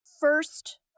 first